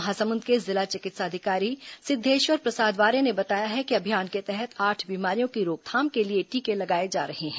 महासमुंद के जिला चिकित्सा अधिकारी सिध्देश्वर प्रसाद वारे ने बताया है कि अभियान के तहत आठ बीमारियों की रोकथाम के लिए टीके लगाए जा रहे हैं